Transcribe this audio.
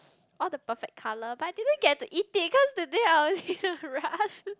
all the perfect colour but I didn't get to eat it because that day I was in a rush